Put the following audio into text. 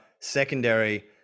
secondary